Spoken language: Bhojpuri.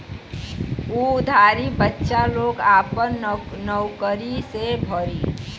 उ उधारी बच्चा लोग आपन नउकरी से भरी